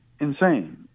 insane